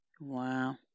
Wow